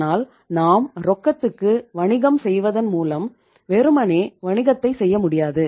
ஆனால் நாம் ரொக்கத்துக்கு வணிகம் செய்வதன் மூலம் வெறுமனே வணிகத்தை செய்ய முடியாது